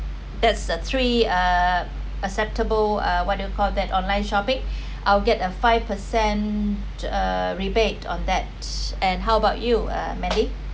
that's a three uh acceptable uh what do you call that online shopping I'll get a five percent uh rebate on that and how about you uh mandy